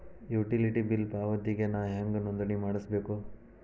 Utility bill ಪಾವತಿಗೆ ನಾ ಹೆಂಗ್ ನೋಂದಣಿ ಮಾಡ್ಸಬೇಕು?